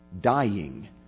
dying